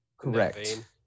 Correct